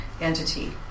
entity